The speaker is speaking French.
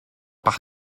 par